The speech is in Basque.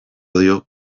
dio